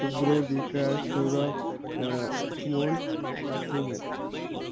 শুভ্র বিকাশ সৌরভ সুমন আর সৌমেন